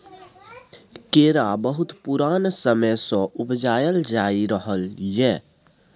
केरा बहुत पुरान समय सँ उपजाएल जाइत रहलै यै